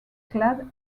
clad